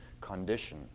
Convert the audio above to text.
condition